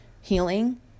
healing